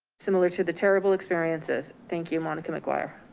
similar to the terrible experiences. thank you, monica mcguire,